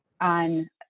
on